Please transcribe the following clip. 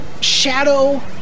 shadow